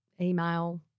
email